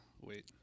wait